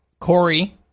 Corey